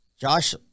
Josh